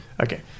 okay